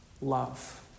love